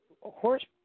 horse